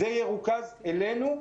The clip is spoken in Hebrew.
זה ירוכז אלינו.